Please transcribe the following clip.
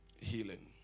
healing